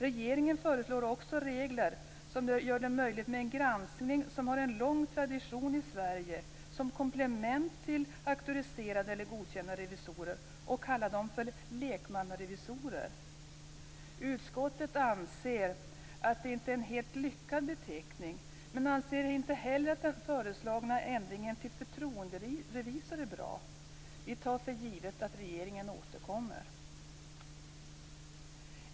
Regeringen föreslår också regler som gör det möjligt med en granskning som har en lång tradition i Sverige, som komplement till auktoriserade eller godkända revisorer, och kallar dem för "lekmannarevisorer". Utskottet anser att det inte är en helt lyckad beteckning, men anser inte heller att den föreslagna ändringen till "förtroenderevisor" är bra. Vi tar för givet att regeringen återkommer.